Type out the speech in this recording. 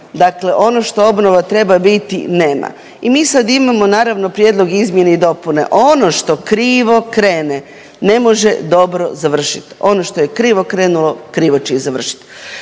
dakle ono što obnova treba biti nema. I mi sad imamo naravno prijedlog izmjene i dopune. Ono što krivo krene ne može dobro završit, ono što je krivo krenulo krivo će i završit.